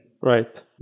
Right